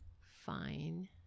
fine